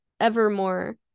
Evermore